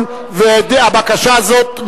הצעת חוק פיצויי פיטורים (תיקון מס' 24)